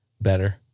better